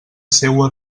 seua